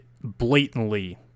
blatantly